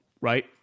right